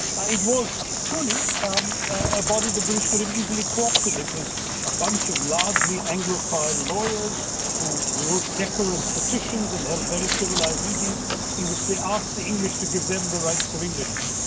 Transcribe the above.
ah it was truly um a body the british could have easily co-opted. it was a bunch of largely anglophile lawyers who wrote decorous petitions and held very civilised meetings in which they asked the english to give them the rights of englishmen.